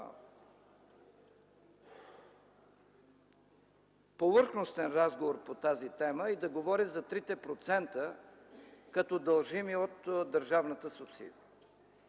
повърхностен разговор по тази тема и да говоря за трите процента като дължими от държавната субсидия.